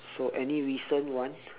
so any recent one